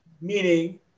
meaning